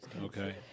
okay